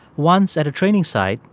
once, at a training site,